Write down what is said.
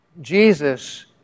Jesus